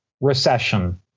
recession